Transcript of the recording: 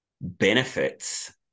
benefits